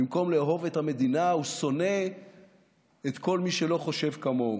במקום לאהוב את המדינה הוא שונא את כל מי שלא חושב כמוהו.